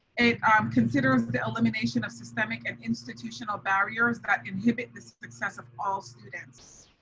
it um considers the elimination of systemic and institutional barriers that inhibit the success of all students.